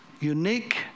unique